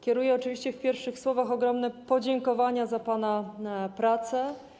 Kieruję oczywiście w pierwszych słowach ogromne podziękowania za pana pracę.